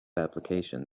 application